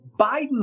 Biden